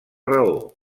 raó